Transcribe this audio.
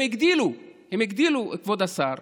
כבוד השר,